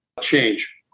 change